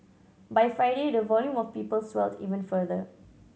by Friday the volume of people swelled even further